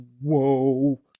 whoa